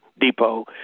depot